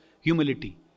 humility